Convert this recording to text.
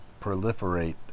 proliferate